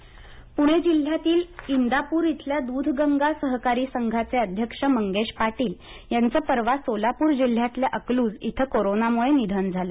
निधन पुणे जिल्ह्यातील इंदापूर इथल्या दुधगंगा सहकारी संघाचे अध्यक्ष मंगेश पाटील याचं परवा सोलापूर जिल्ह्यातल्या अकलूज इथ कोरोनामुळे निधन झालं